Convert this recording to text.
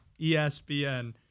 ESPN